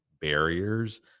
barriers